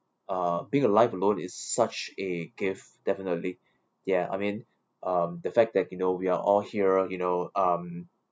uh being alive alone is such a gift definitely ya I mean um the fact that you know we're all here you know um